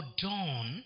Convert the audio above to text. dawn